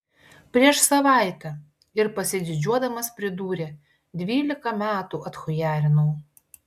prieš savaitę ir pasididžiuodamas pridūrė dvylika metų atchujarinau